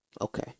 okay